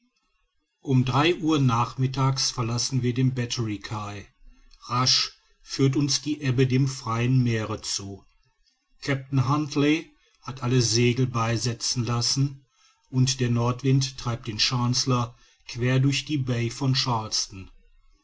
um drei uhr nachmittags verlassen wir den batterie quai rasch führt uns die ebbe dem freien meere zu kapitän huntly hat alle segel beisetzen lassen und der nordwind treibt den chancellor quer durch die bai von charleston